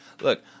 Look